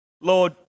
Lord